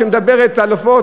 שמדברת על עופות,